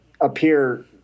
appear